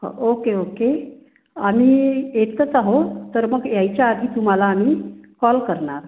हो okay okay आम्ही येतच आहोत तर मग यायच्या आधी तुम्हाला आम्ही कॉल करणार